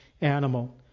animal